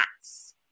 Cats